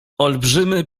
olbrzymy